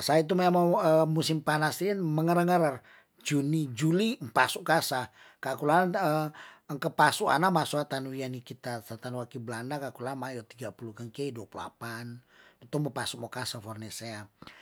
saya tu mea mou musim panas sin mengerer ngerer, juni juli pasu kasa kal kulan, ke pasu ana ma suatan wiyanikita satan waki blana kal kulan maye tiga puluh kenkei dua puluh delapan tu mupasu mo kasa for ne sean